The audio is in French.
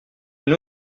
une